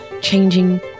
changing